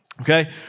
okay